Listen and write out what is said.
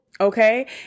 okay